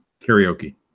karaoke